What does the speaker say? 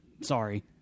Sorry